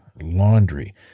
laundry